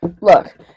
look